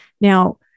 Now